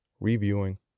reviewing